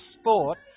sport